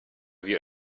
wie